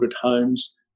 homes